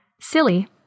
Silly